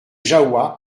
jahoua